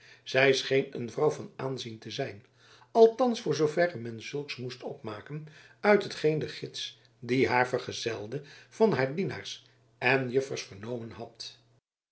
zij scheen een vrouw van aanzien te zijn althans voor zooverre men zulks moest opmaken uit hetgeen de gids die haar vergezelde van haar dienaars en juffers vernomen had